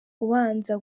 ubanza